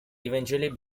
eventually